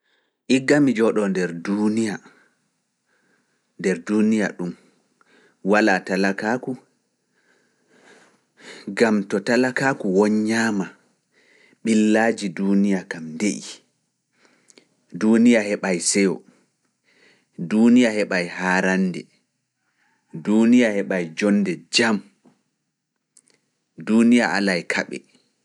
Iggan mi jooɗoo nder duuniya, nder duuniya ɗum, walaa talakaaku. ngam to talakaaku woñaama, ɓillaaji duuniya kam nde’i, duuniya heɓa seyo, duuniya heɓa haarannde, duuniya heɓa joonde jam, duuniya alae kaɓe.